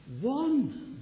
one